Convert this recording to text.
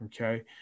Okay